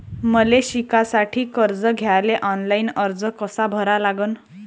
मले शिकासाठी कर्ज घ्याले ऑनलाईन अर्ज कसा भरा लागन?